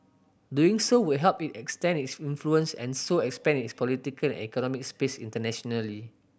doing so would help it extend its influence and so expand its political and economic space internationally